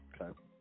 Okay